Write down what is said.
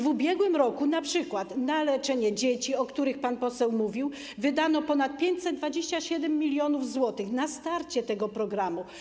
W ubiegłym roku np. na leczenie dzieci, o których pan poseł mówił, wydano ponad 527 mln zł, na starcie tego programu.